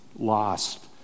lost